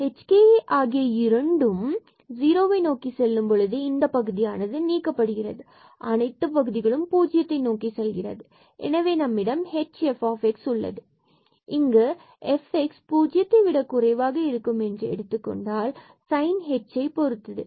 hk இவை இரண்டும் ஜீரோவை நோக்கி செல்லும் பொழுது இந்த பகுதியானது நீக்கப்படுகிறது மற்றும் அனைத்து பகுதிகளும் நோக்கி செல்கிறது எனவே நம்மிடம் hfxab உள்ளது fhfxabkfyab12h2fxx2hkfxyk2fkkab எனவே இங்கு fx இது பூஜ்ஜியத்தை விட குறைவாக இருக்கும் என்று எடுத்துக்கொண்டால் சைன் h பொருத்து உள்ளது